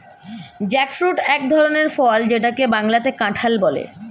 jackfruit এক ধরনের ফল যেটাকে বাংলাতে কাঁঠাল বলে